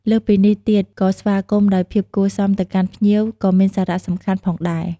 លើសពីនេះទៀតក៏ស្វាគមន៍ដោយភាពគួរសមទៅកាន់ភ្ញៀវក៏មានសារៈសំខាន់ផងដែរ។